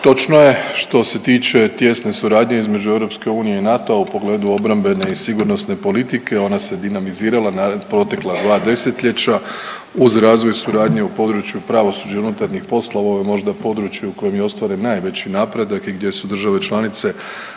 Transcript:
Točno je što se tiče tijesne suradnje između EU i NATO-a u pogledu obrambene i sigurnosne politike, ona se dinamizirala u protekla 2 desetljeća uz razvoj suradnje u području pravosuđa i unutarnjih poslova, ovo je možda područje u kojem je ostvaren najveći napredak i gdje su države članice